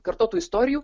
kartotų istorijų